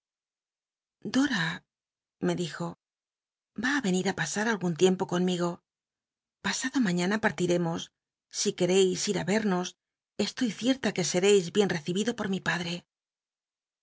dora me dijo a á venir á pasar algun tiempo conmigo pasado m ri'íana pati remo si quereís ir ü vcl'llos estoy cierta que sercis bien recibido por mi parlrc